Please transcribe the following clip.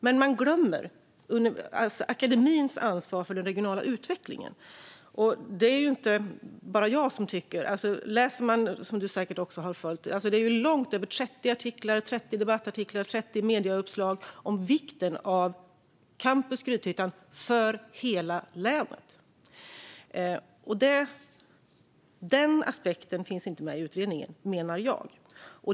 Men man glömmer akademins ansvar för den regionala utvecklingen. Det är inte bara jag som tycker det. Som ministern säkert också sett finns det nu långt över 30 debattartiklar och medieuppslag om vikten av Campus Grythyttan för hela länet. Den aspekten finns inte med i utredningen, menar jag.